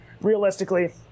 realistically